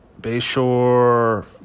Bayshore